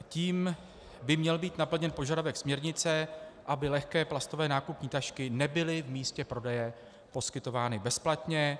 Tím by měl být naplněn požadavek směrnice, aby lehké plastové nákupní tašky nebyly v místě prodeje poskytovány bezplatně.